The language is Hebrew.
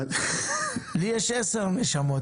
לי יש עשר נשמות.